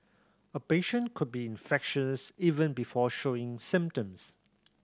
a patient could be infectious even before showing symptoms